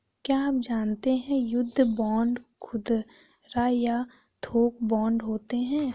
क्या आप जानते है युद्ध बांड खुदरा या थोक बांड होते है?